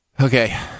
Okay